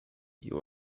you